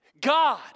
God